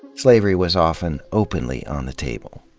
slavery was often openly on the table.